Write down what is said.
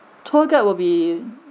tour guide will be